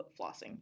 flossing